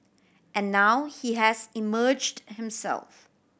and now he has emerged himself